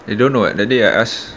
they don't know [what] that day I asked